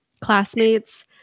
classmates